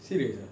serious ah